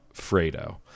Fredo